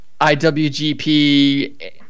IWGP